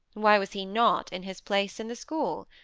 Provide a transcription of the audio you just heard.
why was he not in his place in the school?